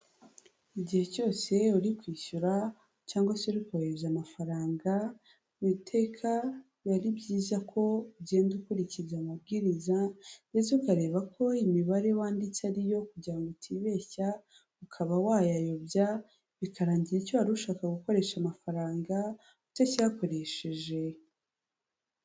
Igihe cyose uri kwishyura cyangwa se urukohereza amafaranga, iteka biba ari byiza ko ugenda ukurikiza amabwiriza ndetse ukareba ko imibare wanditse ari yo kugira utibeshya, ukaba wayayobya, bikarangira icyo ushaka gukoresha amafaranga utakiyakoresheje.